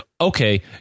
Okay